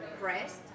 pressed